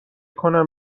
کنم